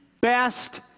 best